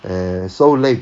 eh so late